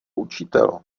učitel